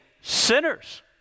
sinners